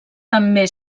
també